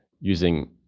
using